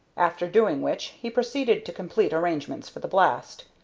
after doing which he proceeded to complete arrangements for the blast.